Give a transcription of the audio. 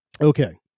okay